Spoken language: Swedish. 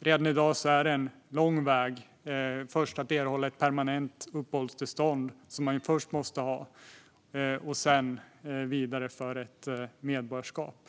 Redan i dag är vägen lång för att erhålla ett permanent uppehållstillstånd, som man först måste ha, och sedan ett medborgarskap.